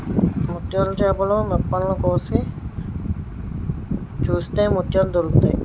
ముత్యాల చేపలు మొప్పల్ని కోసి చూస్తే ముత్యాలు దొరుకుతాయి